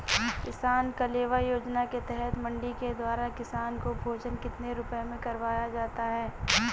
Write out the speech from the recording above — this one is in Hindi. किसान कलेवा योजना के तहत मंडी के द्वारा किसान को भोजन कितने रुपए में करवाया जाता है?